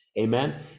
Amen